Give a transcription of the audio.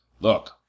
Look